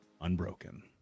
unbroken